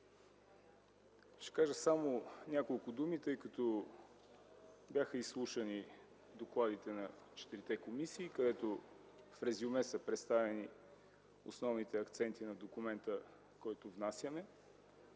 Ще кажа само няколко думи, тъй като бяха изслушани докладите на четирите комисии, където в резюме са представени основните акценти на документа, който внасяме.